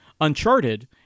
Uncharted